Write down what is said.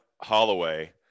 holloway